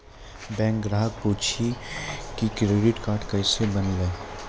Bank ग्राहक पुछी की क्रेडिट कार्ड केसे बनेल?